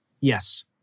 Yes